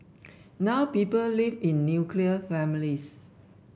now people live in nuclear families